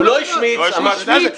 הוא לא האשים שר בפלילים.